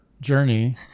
journey